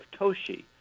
Toshi